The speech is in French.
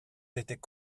étaient